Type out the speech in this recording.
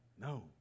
no